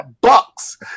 bucks